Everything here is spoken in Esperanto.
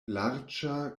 larĝa